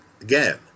Again